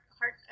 Heart